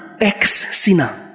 ex-sinner